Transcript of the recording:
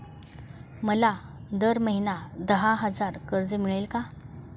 मला दर महिना दहा हजार कर्ज मिळेल का?